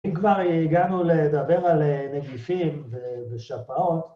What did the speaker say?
אם כבר הגענו לדבר על נגיפים ושפעות.